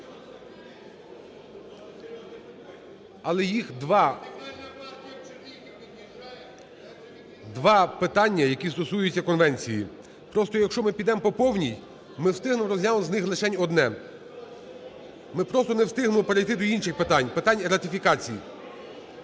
Але їх два, два питання, які стосуються конвенції. Просто якщо ми підемо по повній, ми встигнемо розглянути з них лишень одне. Ми просто не встигнемо перейти до інших питань, питань ратифікації.